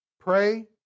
pray